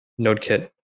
Nodekit